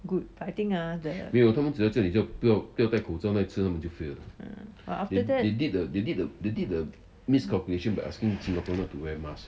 good I think ah the it ah but after that